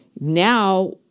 Now